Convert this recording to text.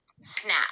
Snap